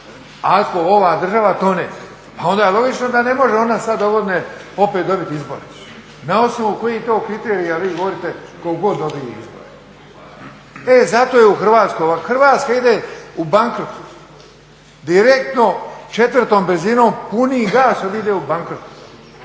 Ako ova država tone pa onda je logično da ne može ona sad dogodine opet dobiti izbore. Na osnovu kojih to kriterija vi govorite tko god dobije izbore? E zato je u Hrvatskoj ovako. Hrvatska ide u bankrot, direktno četvrtom brzinom, punim gasom ide u bankrot,